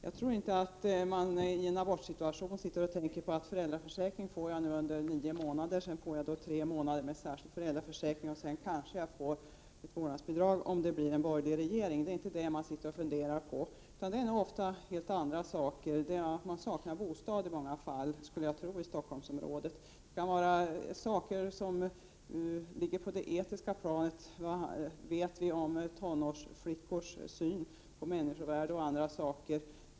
Jag tror inte att de i en abortsituation tänker på att de får föräldraförsäkring under nio månader, särskild föräldra Prot. 1988/89:18 försäkring under tre månader och sedan kanske ett vårdnadsbidrag, om det 7 november 1988 blir en borgerlig regering. Det är nog ofta helt andra saker som man funderar på. Jag skulle tro att man i Stockholmsområdet i många fall tänker på att man saknar bostad, och det kan också gälla frågor på det etiska planet. Vad vet vi om tonårsflickors syn på människovärde och andra spörsmål?